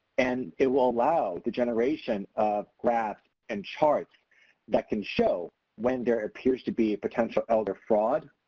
and it will allow the generation of graphs and charts that can show when there appears to be potential elder fraud.